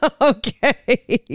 Okay